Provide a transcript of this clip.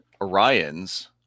Orion's